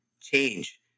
change